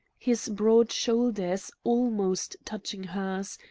his broad shoulders, almost touching hers,